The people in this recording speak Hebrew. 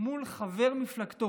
מול חבר מפלגתו,